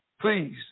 Please